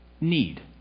need